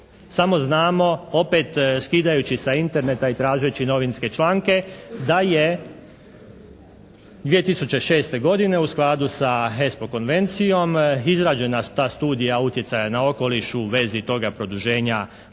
Samo znamo, opet skidajući sa Interneta i tražeći novinske članke da je 2006. godine u skladu sa HESPO konvencijom izrađena ta Studija utjecaja na okoliš u vezi toga mogućeg produženja rada